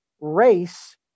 race